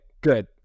good